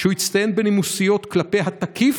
שהוא יצטיין בנימוסיות כלפי התקיף,